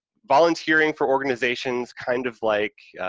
volunteering for organizations, kind of like,